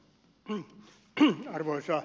arvoisa puhemies